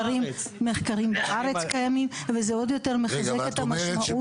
מחקרים בארץ קיימים, וזה עוד יותר מחזק את המשמעות